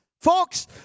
Folks